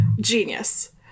genius